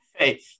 Hey